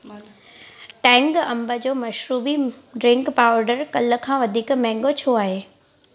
मल टेंग अंब जो मशरूबी ड्रिंक पाउडर कल्ह खां वधीक महांगो छो आहे